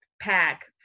pack